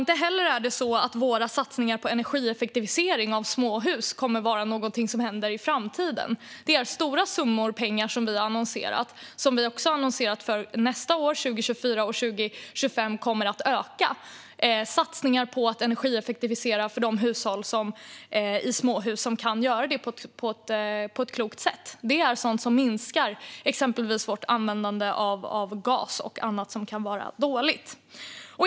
Inte heller är det så att våra satsningar på energieffektivisering av småhus kommer att vara något som händer i framtiden. Det är stora summor pengar som vi har annonserat. Vi har också annonserat det för nästa år, 2024. Och 2025 kommer det att öka. Det är satsningar på att energieffektivisera, och det är för de hushåll i småhus som kan göra det på ett klokt sätt. Det är sådant som minskar exempelvis vårt användande av gas och annat som kan vara dåligt.